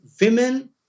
women